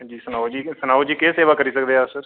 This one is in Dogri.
हांजी सनाओ जी केह् सेवा करी सकदे अस